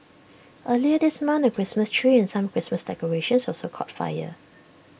earlier this month A Christmas tree and some Christmas decorations also caught fire